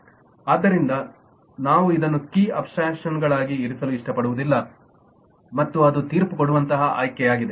ಆದ್ದರಿಂದ ನಾವು ಇದನ್ನು ಕೀ ಅಬ್ಸ್ಟ್ರಾಕ್ಷನಾಗಿ ಇರಿಸಲು ಇಷ್ಟಪಡುವುದಿಲ್ಲ ಮತ್ತು ಅದು ತೀರ್ಪು ಕೊಡುವಂತಹ ಆಯ್ಕೆಯಾಗಿದೆ